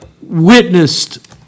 witnessed